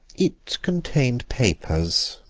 it contained papers.